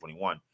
2021